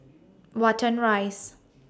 Watten Rise